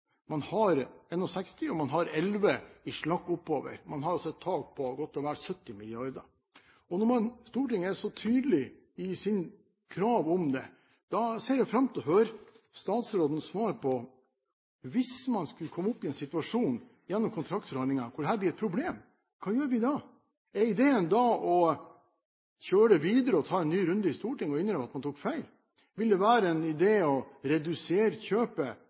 man har en buffer, man har 61, og man har 11 i slakk oppover. Man har altså et tak på godt og vel 70 mrd. kr. Når Stortinget er så tydelig i sitt krav om det, ser jeg fram til å høre statsrådens svar på: Hvis man skulle komme opp i en situasjon gjennom kontraktsforhandlingene hvor dette blir et problem, hva gjør vi da? Er ideen da å kjøre det videre, ta en ny runde i Stortinget og innrømme at man tok feil? Vil det være en idé å redusere kjøpet